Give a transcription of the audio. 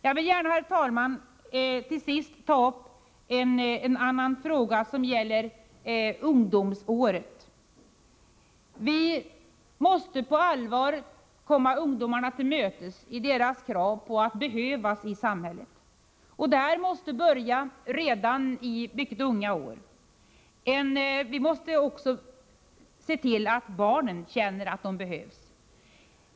Jag vill gärna också ta upp en annan fråga, som gäller ungdomsåret. Vi måste på allvar komma ungdomarna till mötes i deras krav på att behövas i samhället, och det måste börja redan i mycket unga år. Vi måste också se till att barnen känner att de behövs.